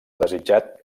desitjat